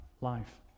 life